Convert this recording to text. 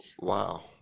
Wow